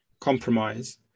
compromise